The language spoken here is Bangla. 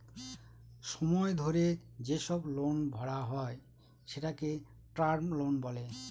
সময় ধরে যেসব লোন ভরা হয় সেটাকে টার্ম লোন বলে